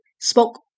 spoke